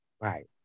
right